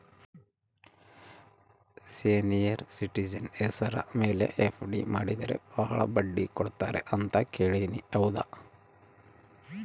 Senior citizen ಹೆಸರ ಮೇಲೆ FD ಮಾಡಿದರೆ ಬಹಳ ಬಡ್ಡಿ ಕೊಡ್ತಾರೆ ಅಂತಾ ಕೇಳಿನಿ ಹೌದಾ?